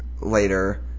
later